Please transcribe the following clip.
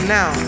Now